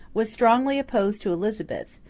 was strongly opposed to elizabeth,